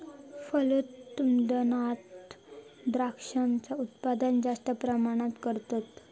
फलोत्पादनात द्रांक्षांचा उत्पादन जास्त प्रमाणात करतत